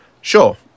Sure